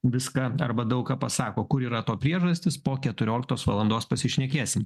viską arba daug ką pasako kur yra to priežastys po keturioliktos valandos pasišnekėsim